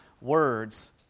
words